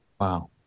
wow